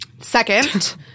Second